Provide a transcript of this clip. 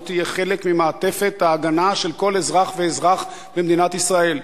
זו תהיה חלק ממעטפת ההגנה של כל אזרח ואזרח במדינת ישראל.